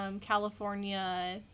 California